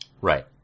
Right